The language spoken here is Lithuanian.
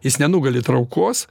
jis nenugali traukos